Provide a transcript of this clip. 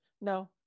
No